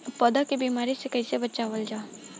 पौधा के बीमारी से कइसे बचावल जा?